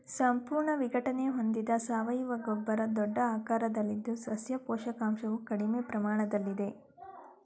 ಸಂಪೂರ್ಣ ವಿಘಟನೆ ಹೊಂದಿದ ಸಾವಯವ ಗೊಬ್ಬರ ದೊಡ್ಡ ಆಕಾರದಲ್ಲಿದ್ದು ಸಸ್ಯ ಪೋಷಕಾಂಶವು ಕಡಿಮೆ ಪ್ರಮಾಣದಲ್ಲಿದೆ